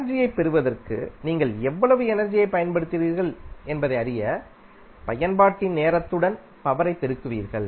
எனர்ஜியைப் பெறுவதற்கு நீங்கள் எவ்வளவு எனர்ஜியைப் பயன்படுத்தினீர்கள் என்பதை அறிய பயன்பாட்டின் நேரத்துடன் பவர் யைப் பெருக்குவீர்கள்